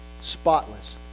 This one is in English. spotless